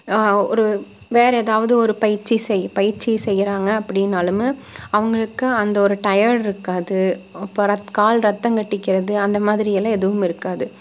ஒரு வேறு எதாவது ஒரு பயிற்சி செய் பயிற்சி செய்யறாங்க அப்படினாலுமே அவங்களுக்கு அந்த ஒரு டயர்ட்ருக்காது அப்புறோம் கால் ரத்தம் கட்டிக்கிறது அந்தமாதிரியெல்லாம் எதுவும் இருக்காது